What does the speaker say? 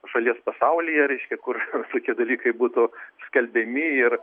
šalies pasaulyje reiškia kur tokie dalykai būtų skelbiami ir